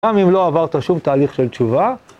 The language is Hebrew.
גם אם לא עברת שום תהליך של תשובה.